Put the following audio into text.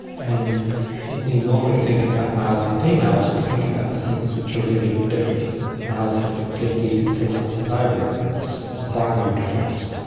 and when we normally think about males and females we think about the things which are really different, that males have testes and females have ovaries, it's a binary difference.